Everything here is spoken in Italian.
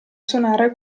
suonare